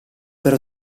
per